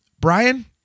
Brian